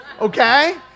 okay